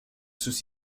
sus